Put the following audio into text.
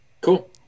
Cool